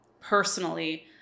personally